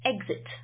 exit